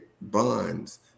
bonds